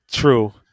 True